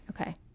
Okay